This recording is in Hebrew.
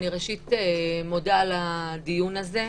ראשית, אני מודה על הדיון הזה.